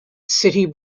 city